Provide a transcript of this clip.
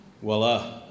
voila